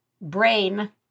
brain